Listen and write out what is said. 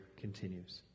continues